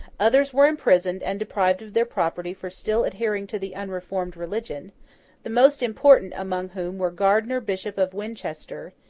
others were imprisoned and deprived of their property for still adhering to the unreformed religion the most important among whom were gardiner bishop of winchester,